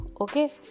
okay